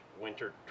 Winter